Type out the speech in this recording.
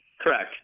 Correct